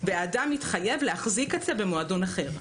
והאדם מתחייב להחזיק את זה במועדון אחר.